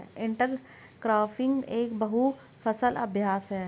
intercropping एक बहु फसल अभ्यास है